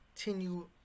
continue